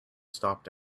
stopped